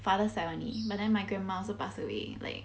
father side only but then my grandmother also passed away like